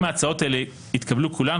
אם ההצעות האלו יתקבלו כולן,